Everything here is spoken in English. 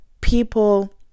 people